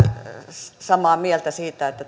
samaa mieltä siitä että